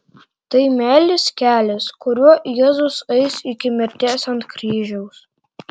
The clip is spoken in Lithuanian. tai meilės kelias kuriuo jėzus eis iki mirties ant kryžiaus